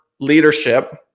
leadership